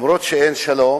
אף-על-פי שאין שלום,